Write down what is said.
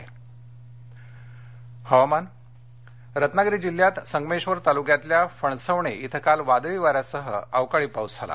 पाऊस हवामान रत्नागिरी जिल्ह्यात संगमेश्वर तालुक्यातल्या फणसवणे इथं काल वादळी वाऱ्यासह अवकाळी पाऊस झाला